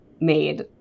made